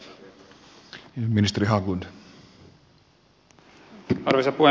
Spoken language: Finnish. arvoisa puhemies